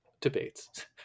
debates